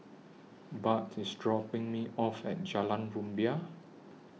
Bart IS dropping Me off At Jalan Rumbia